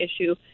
issue